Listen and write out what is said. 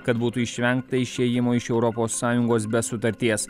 kad būtų išvengta išėjimo iš europos sąjungos be sutarties